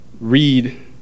read